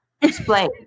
Explain